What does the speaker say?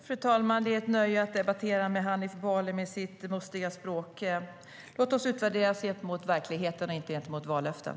Fru talman! Det är ett nöje att debattera med Hanif Bali, med hans mustiga språk. Låt oss bli utvärderade gentemot verkligheten och inte gentemot vallöften!